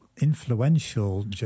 influential